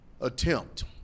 attempt